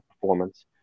performance